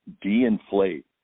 de-inflate